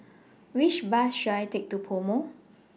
Which Bus should I Take to Pomo